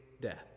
death